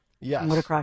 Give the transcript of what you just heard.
Yes